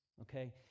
okay